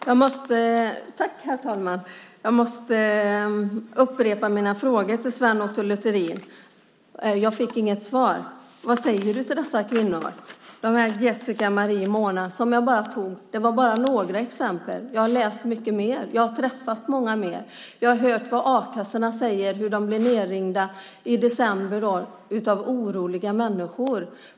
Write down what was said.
Herr talman! Jag måste upprepa mina frågor till Sven Otto Littorin, eftersom jag inte fick något svar. Vad säger du till dessa kvinnor? Det är Jessica, Marie och Mona. Det var bara några exempel. Jag har läst mycket mer. Jag har träffat många fler. Jag har hört vad a-kassorna säger och hur de blev nedringda i december av oroliga människor.